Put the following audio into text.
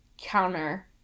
counter